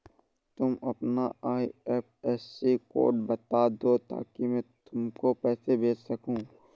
तुम अपना IFSC code बता दो ताकि मैं तुमको पैसे भेज सकूँ